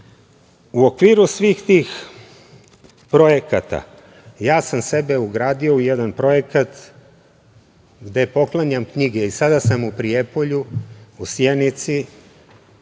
okviru svih tih projekata, ja sam sebe ugradio u jedan projekat gde poklanjam knjige i sada sam u Prijepolju, u Sjenici,